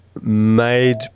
made